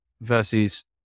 versus